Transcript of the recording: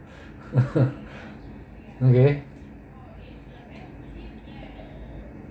okay